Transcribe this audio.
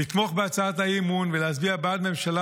לתמוך בהצעת האי-אמון ולהצביע בעד ממשלה